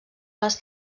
les